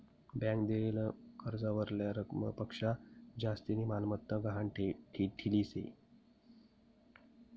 bank देयेल कर्जावरल्या रकमपक्शा जास्तीनी मालमत्ता गहाण ठीलेस